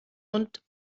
und